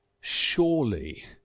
surely